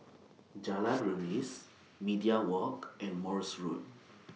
Jalan Remis Media Walk and Morse Road